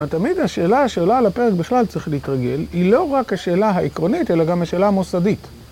תמיד השאלה שעולה על הפרק בכלל צריך להתרגל היא לא רק השאלה העקרונית אלא גם השאלה המוסדית.